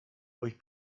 euch